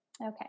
Okay